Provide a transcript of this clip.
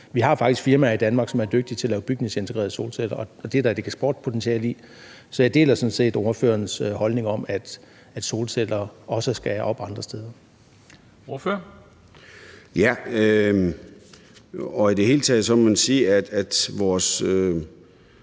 faktisk firmaer i Danmark, som er dygtige til at lave bygningsintegrerede solceller, og det er der et eksportpotentiale i. Så jeg deler sådan set ordførerens holdning om, at solceller også skal op andre steder. Kl. 13:13 Formanden (Henrik Dam Kristensen):